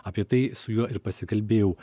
apie tai su juo ir pasikalbėjau